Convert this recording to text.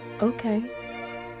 Okay